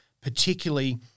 particularly